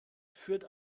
führt